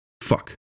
Fuck